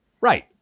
Right